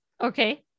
Okay